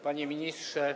Panie Ministrze!